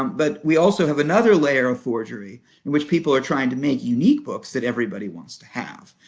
um but we also have another layer of forgery in which people are trying to make unique books that everybody wants to have.